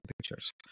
pictures